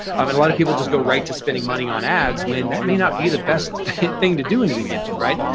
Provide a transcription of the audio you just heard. um and a lot of people just go right to spending money on ads when that may not be the best thing to do in the beginning. right?